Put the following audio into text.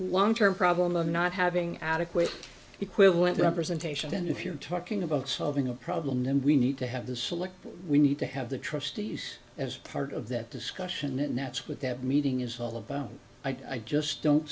long term problem of not having adequate equivalent representation and if you're talking about solving a problem then we need to have the select we need to have the trustees as part of that discussion and that's what that meeting is all about i just don't